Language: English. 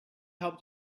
helped